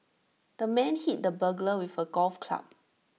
the man hit the burglar with A golf club